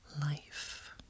Life